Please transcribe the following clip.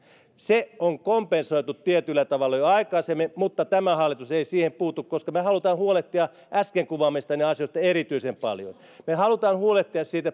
se on kompensoitu tietyllä tavalla jo aikaisemmin mutta tämä hallitus ei siihen puutu koska me haluamme huolehtia äsken kuvaamistanne asioista erityisen paljon me haluamme huolehtia siitä